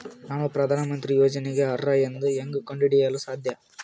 ನಾನು ಪ್ರಧಾನ ಮಂತ್ರಿ ಯೋಜನೆಗೆ ಅರ್ಹ ಎಂದು ಹೆಂಗ್ ಕಂಡ ಹಿಡಿಯಲು ಸಾಧ್ಯ?